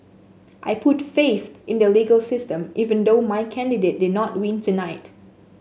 I put faith in the legal system even though my candidate did not win tonight